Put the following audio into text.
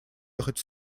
ехать